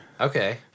Okay